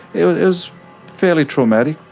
it was fairly traumatic.